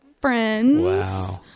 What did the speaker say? friends